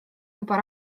juba